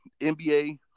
NBA